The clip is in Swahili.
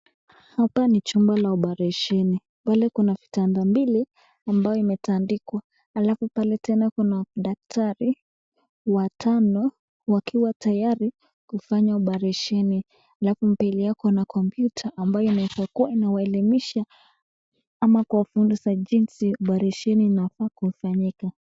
Hapa ni chumba cha oparesheni. Pale kuna vitanda mbili ambayo imetandikwa, alafu pale tena kuna daktari watano wakiwa tayari kufanya oparesheni. Alafu mbele yao kuna kompyuta ambayo inaeza kuwa inawaelimisha ama kuwafundisha jisi oparesheni inafanyika